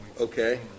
Okay